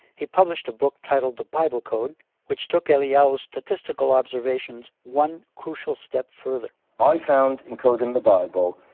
he published a book titled the bible code which took eliyahu's statistical observations one, crucial, step further i found encoded in the bible